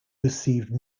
received